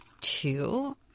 two